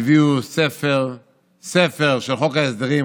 והביאו ספר של חוק ההסדרים,